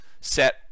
set